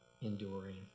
enduring